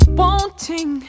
wanting